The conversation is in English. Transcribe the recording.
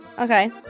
Okay